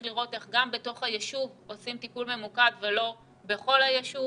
לראות איך גם בתוך היישוב עושים טיפול ממוקד ולא בכל היישוב